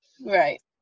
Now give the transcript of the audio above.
Right